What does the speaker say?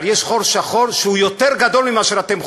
אבל יש חור שחור שהוא יותר גדול מאשר אתם חושבים,